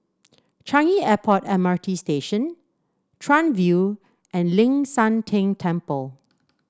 Changi Airport M R T Station Chuan View and Ling San Teng Temple